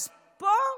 אז פה,